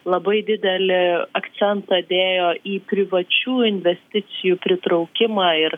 labai didelį akcentą dėjo į privačių investicijų pritraukimą ir